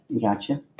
Gotcha